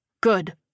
Good